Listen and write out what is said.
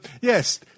Yes